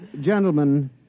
gentlemen